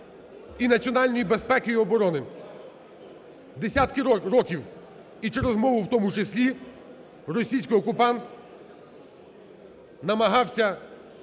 Десятки років і через мову в тому числі російський окупант намагався впливати